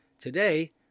Today